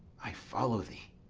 i follow thee